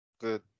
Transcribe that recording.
Good